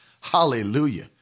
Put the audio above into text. Hallelujah